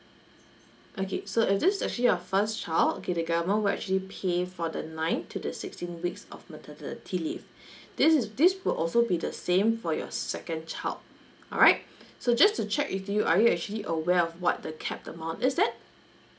okay so if this is actually your first child okay the government will actually pay for the nine to the sixteen weeks of maternity leave this is this will also be the same for your second child alright so just to check with you are you actually aware of what the cap amount is that